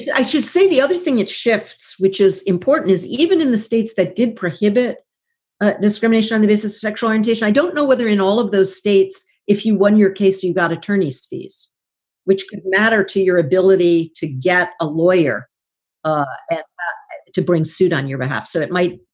i should say, the other thing it shifts, which is important, is even in the states that did prohibit ah discrimination on the basis of sexual orientation. i don't know whether in all of those states, if you won your case, you got attorneys fees which matter to your ability to get a lawyer ah to bring suit on your behalf. so it might.